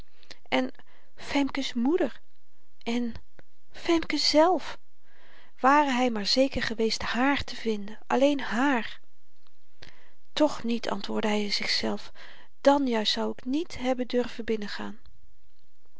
en femke's moeder en femke zelf ware hy maar zeker geweest hààr te vinden alléén haar toch niet antwoordde hy zichzelf dàn juist zou ik niet hebben durven binnengaan